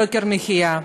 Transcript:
ליוקר המחיה,